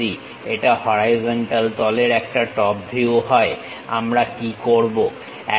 যদি এটা হরাইজন্টাল তলের একটা টপ ভিউ হয় আমরা কি করবো